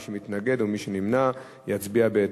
מי שמתנגד או מי שנמנע יצביע בהתאם.